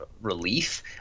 relief